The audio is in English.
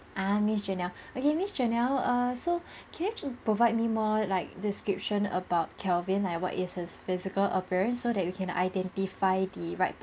ah miss janelle okay miss janelle err so can you provide me more like description about kelvin like what is his physical appearance so that we can identify the right per